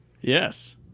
Yes